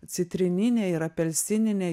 citrininė ir apelsininė